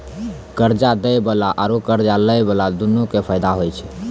कर्जा दै बाला आरू कर्जा लै बाला दुनू के फायदा होय छै